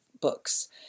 books